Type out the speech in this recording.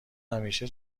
همیشه